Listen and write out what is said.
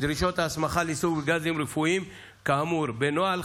ההסמכה לעיסוק בגזים רפואיים כאמור בנוהל,